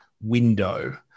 window